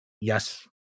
Yes